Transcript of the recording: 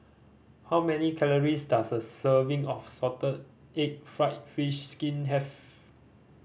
how many calories does a serving of salted egg fried fish skin have